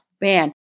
man